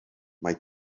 mae